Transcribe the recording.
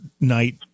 night